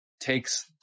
takes